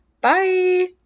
Bye